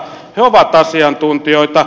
he ovat asiantuntijoita